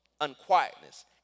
unquietness